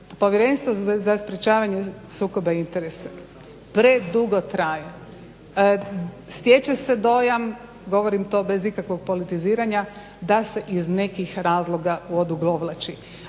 povjerenstvo za sprečavanje sukoba interesa predugo traje. Stječe se dojam govorim to bez ikakvog politiziranja da se iz nekih razloga odugovlači.